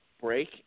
break